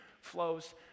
flows